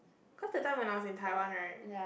cause that time when I was in Taiwan right